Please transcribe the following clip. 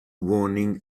warning